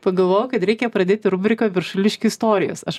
pagalvojau kad reikia pradėti rubriką viršuliškių istorijas aš